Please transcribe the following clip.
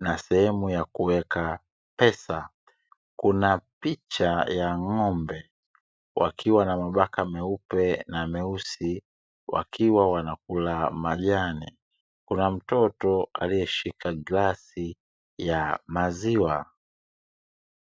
na sehemu ya kuweka pesa. Kuna picha ya ng’ombe wakiwa na mabaka meupe na meusi wakiwa wanakula majani, kuna mtoto aliyeshika glasi ya maziwa.